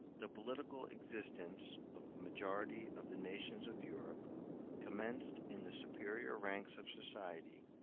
the political existence of the majority of the nations of europe commenced in the superior ranks of society,